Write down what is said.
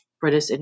British